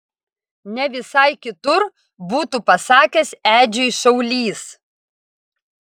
ne visai kitur būtų pasakęs edžiui šaulys